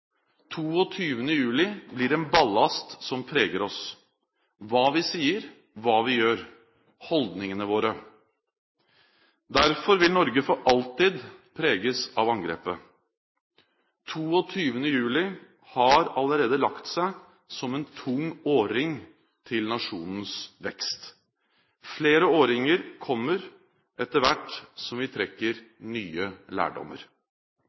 22. juli blir en ballast som preger oss: hva vi sier, hva vi gjør – holdningene våre. Derfor vil Norge for alltid preges av angrepet. 22. juli har allerede lagt seg som en tung årring til nasjonens vekst. Flere årringer kommer etter hvert som vi trekker nye lærdommer.